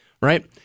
Right